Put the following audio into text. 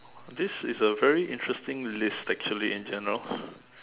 this is a very interesting list actually in general